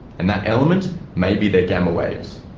and that element may be their gamma waves.